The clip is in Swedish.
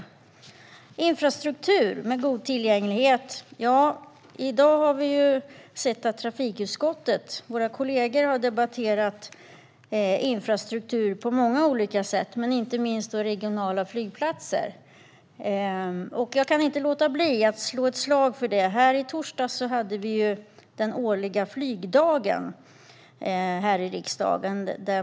När det gäller infrastruktur med god tillgänglighet har våra kollegor i trafikutskottet debatterat många olika sorters infrastruktur i dag, inte minst regionala flygplatser. Jag kan inte låta bli att slå ett slag för det. I torsdags var det den årliga flygdagen här i riksdagen.